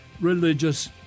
religious